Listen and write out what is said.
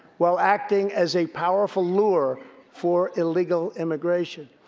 while acting as a powerful lure for illegal immigration.